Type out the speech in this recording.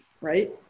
Right